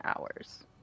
hours